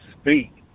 speak